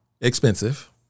Expensive